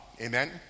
Amen